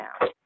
now